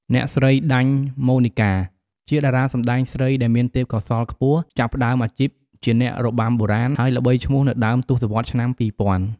អ្នកស្រី ដាញ់ ម៉ូនីកាជាតារាសម្តែងស្រីដែលមានទេពកោសល្យខ្ពស់ ចាប់ផ្តើមអាជីពជាអ្នករបាំបុរាណ ហើយល្បីឈ្មោះនៅដើមទសវត្សរ៍ឆ្នាំ ២០០០។